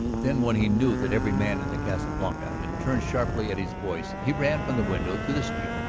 then when he knew that every man in the casa blanca had turned sharply at his voice he ran from the window to the street,